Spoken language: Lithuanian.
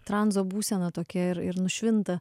transo būsena tokia ir ir nušvinta